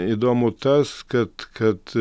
įdomu tas kad kad